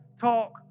talk